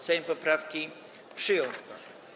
Sejm poprawki przyjął.